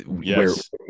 Yes